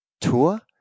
tour